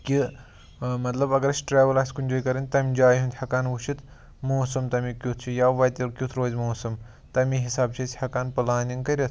کہِ مطلب اگر أسۍ ٹرٛیوٕل آسہِ کُنہِ جایہِ کَرٕنۍ تمہِ جایہِ ہُنٛد ہیٚکان وُچھِتھ موسم تَمیک کیُتھ چھُ یا وَتہِ کیُتھ روزِ موسَم تَمے حِساب چھِ أسۍ ہیٚکان پٕلانِنٛگ کٔرِتھ